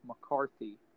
McCarthy